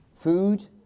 food